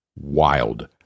wild